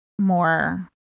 more